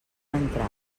entrar